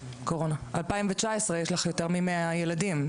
ב-2019 יש יותר מ-100 ילדים.